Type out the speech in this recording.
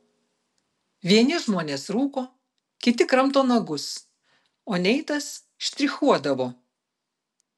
vieni žmonės rūko kiti kramto nagus o neitas štrichuodavo